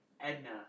Edna